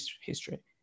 history